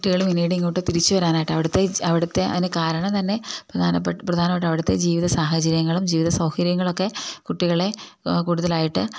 കുട്ടികള് പിന്നീടിങ്ങോട്ട് തിരിച്ചുവരാനായിട്ട് അവിടുത്തെ അതിന് കാരണം തന്നെ പ്രധാനപ്പെട്ട അവിടുത്തെ ജീവിതസാഹചര്യങ്ങളും ജീവിതസൗകര്യങ്ങളുമൊക്കെ കുട്ടികളെ കൂടുതലായിട്ട്